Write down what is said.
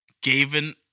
Gavin